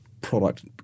Product